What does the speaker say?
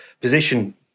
position